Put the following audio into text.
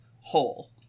whole